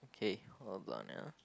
okay hold on ah